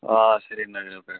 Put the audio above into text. آ سریٖنگرٕ پٮ۪ٹھ